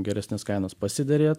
geresnės kainos pasiderėt